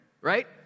right